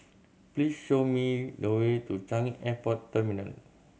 please show me the way to Changi Airport Terminal